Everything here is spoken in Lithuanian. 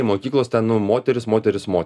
mokyklos ten nu moterys moterys mot